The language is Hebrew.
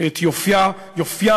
ואת יופיים